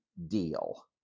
deal